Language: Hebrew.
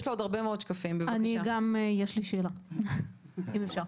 יש לי גם שאלה, אם אפשר.